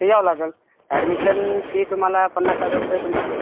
यावं लागेल admission fee तुम्हाला पन्नास हजार रुपये आहेत मॅडम